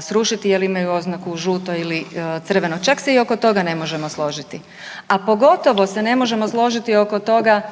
srušiti jer imaju oznaku žuto ili crveno. Čak se i oko toga ne možemo složiti, a pogotovo se ne možemo složiti oko toga